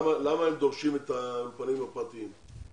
למה הם דורשים את האולפנים הפרטיים?